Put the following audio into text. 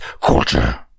culture